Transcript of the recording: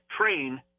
train